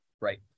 Right